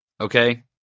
okay